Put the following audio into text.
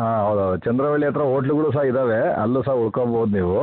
ಹಾಂ ಹೌದೌದು ಚಂದ್ರವಳ್ಳಿ ಹತ್ತಿರ ಹೊಟ್ಲುಗಳು ಸಹ ಇದ್ದಾವೆ ಅಲ್ಲೂ ಸಹ ಉಳ್ಕೊಬೋದು ನೀವು